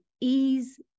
ease